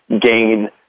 gain